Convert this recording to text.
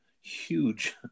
huge